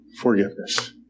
forgiveness